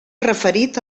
referit